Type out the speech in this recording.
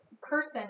person